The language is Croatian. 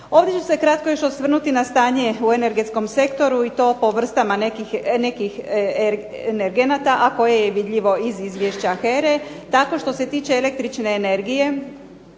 Ovdje ću se kratko još osvrnuti na stanje u energetskom sektoru i to po vrstama nekih energenata, a koje je vidljivo iz izvješća HERA-e. Tako što se tiče električne energije